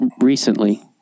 recently